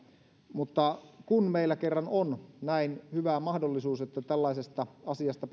mutta nyt meillä on hyvä mahdollisuus käydä lähetekeskustelua tällaisesta asiasta